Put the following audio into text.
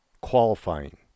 qualifying